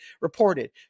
reported